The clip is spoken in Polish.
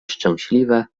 szczęśliwe